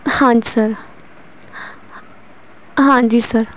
ਹਾਂਜੀ ਸਰ ਹਾਂਜੀ ਸਰ